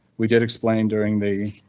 we did explain during the